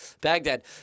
Baghdad